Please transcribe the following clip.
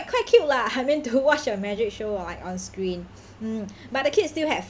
quite cute lah I mean to watch a magic show like on screen mm but the kids still have